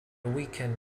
weekend